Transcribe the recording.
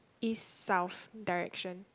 east south direction